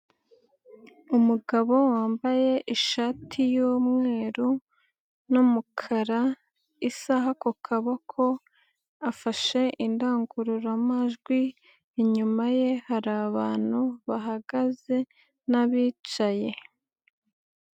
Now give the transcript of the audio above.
Umugabo wambaye ishati y'umweru n'umukara, isaha ku kaboko, afashe indangururamajwi, inyuma ye hari abantu bahagaze n'abicaye.